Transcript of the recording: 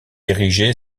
érigée